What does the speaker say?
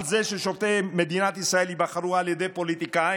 על זה ששופטי מדינת ישראל ייבחרו על ידי פוליטיקאים?